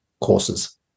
courses